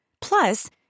Plus